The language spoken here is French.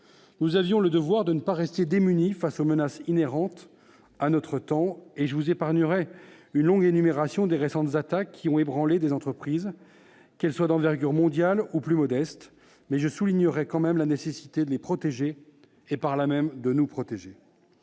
Nous avions le devoir de ne pas rester démunis face aux menaces inhérentes à notre temps. Je vous épargnerai la longue énumération des récentes attaques ayant ébranlé des entreprises, qu'elles soient d'envergure mondiale ou plus modeste, tout en soulignant la nécessité de nous en protéger.